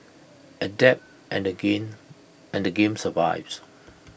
adapt and the gain and the game survives